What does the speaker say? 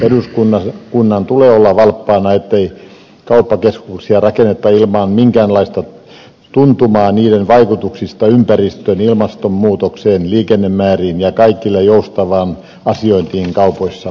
eduskunnan tulee olla valppaana ettei kauppakeskuksia rakenneta ilmaan minkäänlaista tuntumaa niiden vaikutuksista ympäristöön ilmastonmuutokseen liikennemääriin ja kaikille joustavaan asiointiin kaupoissa